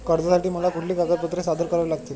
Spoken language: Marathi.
कर्जासाठी मला कुठली कागदपत्रे सादर करावी लागतील?